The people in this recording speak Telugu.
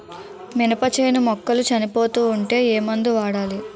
మినప చేను మొక్కలు చనిపోతూ ఉంటే ఏమందు వాడాలి?